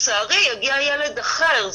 לצערי יגיע ילד אחר.